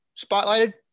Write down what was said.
spotlighted